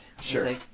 Sure